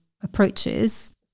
approaches